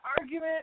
argument